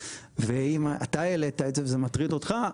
ואם אתה העלית את זה וזה מטריד אותך,